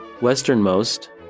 Westernmost